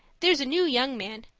there's a new young man,